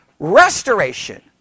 restoration